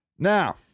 Now